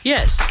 Yes